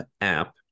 app